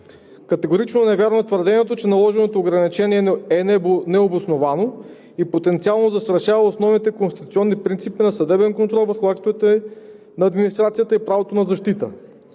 Категорично не е вярно твърдението, че наложеното ограничение е необосновано и потенциално застрашава основните конституционни принципи на съдебен контрол върху актовете на администрацията и правото на защита.